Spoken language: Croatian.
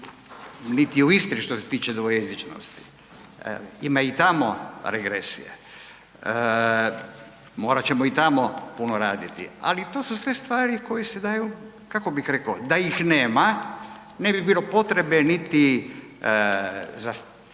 niti u Istri što se tiče dvojezičnosti, ima i tamo regresije, morat ćemo i tamo puno raditi, ali to su sve stvari koje se daju, kako bih rekao, da ih nema ne bi bilo potrebe niti, da